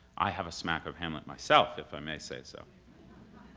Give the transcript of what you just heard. i have a smack of hamlet myself if i may say so.